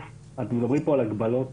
אתם מדברים פה על הגבלות,